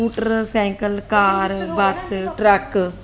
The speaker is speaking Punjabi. motor cycle car bus truck